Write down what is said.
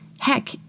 Heck